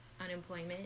unemployment